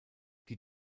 die